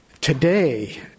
today